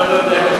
אני עוד לא יודע,